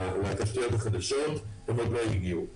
לתשתיות החדשות, הן עוד לא הגיעו.